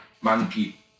monkey